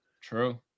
True